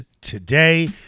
today